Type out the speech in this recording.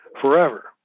forever